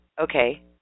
Okay